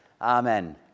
Amen